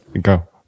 go